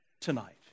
tonight